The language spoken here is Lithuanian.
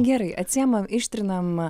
gerai atsiėmam ištrinamam